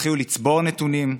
תתחילו לצבור נתונים.